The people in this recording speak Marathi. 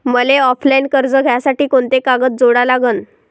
मले ऑफलाईन कर्ज घ्यासाठी कोंते कागद जोडा लागन?